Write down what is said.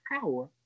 power